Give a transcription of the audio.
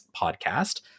podcast